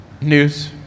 news